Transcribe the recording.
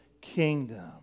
kingdom